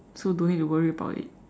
so don't need to worry about it